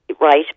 right